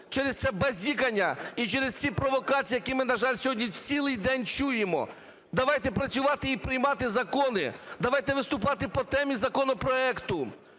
через це базікання і через ці провокації, які ми, на жаль, сьогодні цілий день чуємо. Давайте працювати і приймати закони, давайте виступати по темі законопроекту,